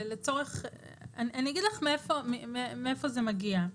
אני אגיד לך מאיפה זה מגיע,